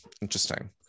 Interesting